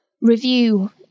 review